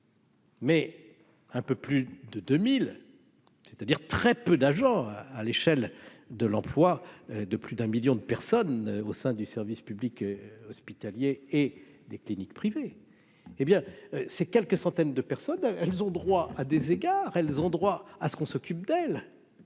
Mais un peu plus de 2000, c'est-à-dire très peu d'agents à l'échelle de l'emploi de plus d'un 1000000 de personnes au sein du service public hospitalier et des cliniques privées. Hé bien, ces quelques centaines de personnes, elles ont droit à des égards : elles ont droit à ce qu'on s'occupe d'elle.